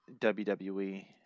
WWE